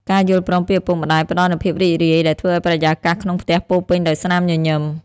ការយល់ព្រមពីឪពុកម្ដាយផ្ដល់នូវភាពរីករាយ ដែលធ្វើឱ្យបរិយាកាសក្នុងផ្ទះពោរពេញដោយស្នាមញញឹម។